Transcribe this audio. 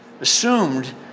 assumed